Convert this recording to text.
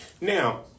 Now